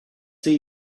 see